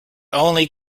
only